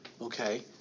Okay